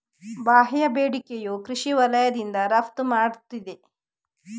ಬಾಹ್ಯ ಬೇಡಿಕೆಯು ಕೃಷಿ ವಲಯದಿಂದ ರಫ್ತು ಮಾಡುತ್ತಿದೆ